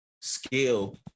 skill